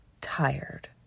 tired